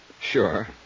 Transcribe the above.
Sure